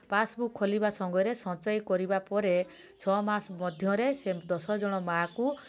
passbook ଖୋଲିବା ସଙ୍ଗରେ ସଞ୍ଚୟ କରିବା ପରେ ଛଅ ମାସ ମଧ୍ୟରେ ସେ ଦଶ ଜଣ ମାଁ କୁ